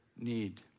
need